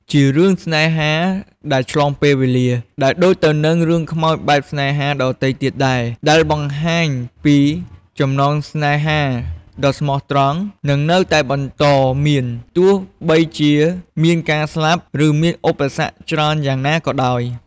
ជារឿងស្នេហាដែលឆ្លងពេលវេលា ដែលដូចទៅនឹងរឿងខ្មោចបែបស្នេហាដទៃទៀតដែរ ដែលបង្ហាញពីចំណងស្នេហាដ៏ស្មោះត្រង់នឹងនៅតែបន្តមាន ទោះបីជាមានការស្លាប់ ឬមានឧបសគ្គច្រើនយ៉ាងណាក៏ដោយ។